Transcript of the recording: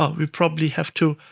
ah we probably have to